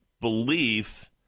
belief